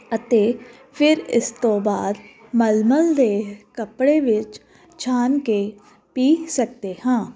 ਅਤੇ ਫਿਰ ਇਸ ਤੋਂ ਬਾਅਦ ਮਲਮਲ ਦੇ ਕੱਪੜੇ ਵਿੱਚ ਛਾਣ ਕੇ ਪੀ ਸਕਦੇ ਹਾਂ